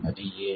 அது ஏன்